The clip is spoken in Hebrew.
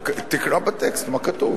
תקרא בטקסט מה כתוב.